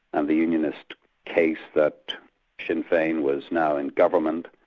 and the unionist case, that sinn fein was now in government,